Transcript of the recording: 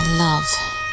Love